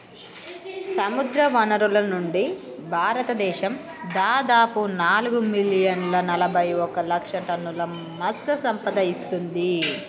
సముద్రవనరుల నుండి, భారతదేశం దాదాపు నాలుగు మిలియన్ల నలబైఒక లక్షల టన్నుల మత్ససంపద ఇస్తుంది